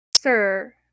Sir